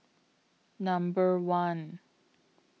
Number one